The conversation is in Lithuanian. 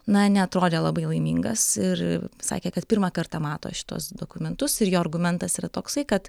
na neatrodė labai laimingas ir sakė kad pirmą kartą mato šituos dokumentus ir jo argumentas yra toksai kad